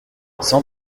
cent